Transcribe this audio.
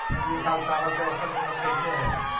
ई साल चावल के औसतन कीमत कैसे हई?